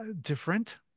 different